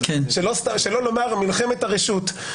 שלא לומר מלחמת הרשות.